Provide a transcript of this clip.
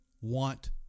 want